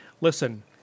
listen